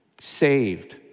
saved